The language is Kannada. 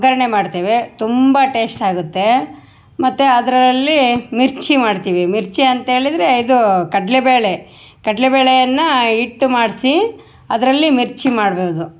ಒಗ್ಗರಣೆ ಮಾಡ್ತೇವೆ ತುಂಬ ಟೇಸ್ಟ್ ಆಗುತ್ತೆ ಮತ್ತು ಅದರಲ್ಲಿ ಮಿರ್ಚಿ ಮಾಡ್ತೀವಿ ಮಿರ್ಚಿ ಅಂತೇಳಿದರೆ ಇದು ಕಡಲೆ ಬೇಳೆ ಕಡಲೆ ಬೇಳೆಯನ್ನು ಹಿಟ್ಟು ಮಾಡಿಸಿ ಅದರಲ್ಲಿ ಮಿರ್ಚಿ ಮಾಡ್ಬೌದು